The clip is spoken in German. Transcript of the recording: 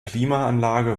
klimaanlage